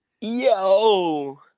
Yo